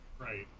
Right